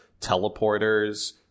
teleporters